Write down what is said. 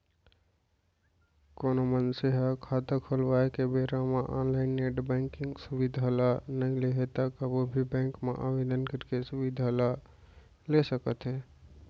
कोनो मनसे ह खाता खोलवाए के बेरा म ऑनलाइन नेट बेंकिंग सुबिधा ल नइ लेहे त कभू भी बेंक म आवेदन करके सुबिधा ल ल सकत हे